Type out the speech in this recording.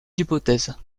hypothèses